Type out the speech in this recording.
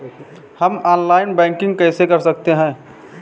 हम online banking कैसे कर सकते हैं?